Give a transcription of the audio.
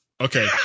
Okay